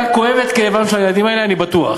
אתה כואב את כאבם של הילדים האלה, אני בטוח,